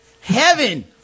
heaven